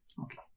Okay